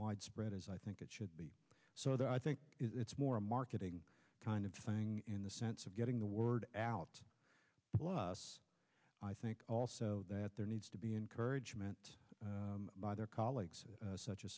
widespread as i think it should be so i think it's more a marketing kind of thing in the sense of getting the word out plus i think also that there needs to be encouragement by their colleagues such a